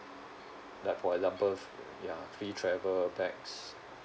like for example f~ ya free travel bags